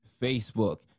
Facebook